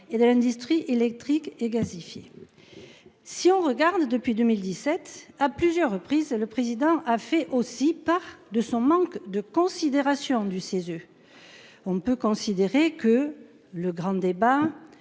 a des l'industrie électrique et gazéifié. Si on regarde depuis 2017 à plusieurs reprises, le président a fait aussi part de son manque de considération du CESE. On peut considérer que le grand débat